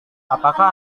apakah